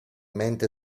mente